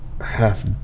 half